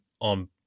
on